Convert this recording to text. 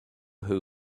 who